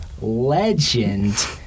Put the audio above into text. legend